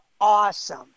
awesome